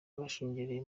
bashungereye